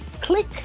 Click